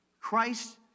Christ